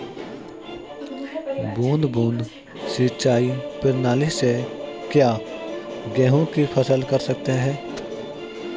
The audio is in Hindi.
बूंद बूंद सिंचाई प्रणाली से क्या गेहूँ की फसल कर सकते हैं?